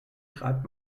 treibt